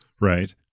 right